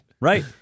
right